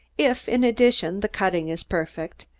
if, in addition, the cutting is perfect,